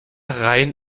rhein